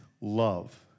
love